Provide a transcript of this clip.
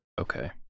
Okay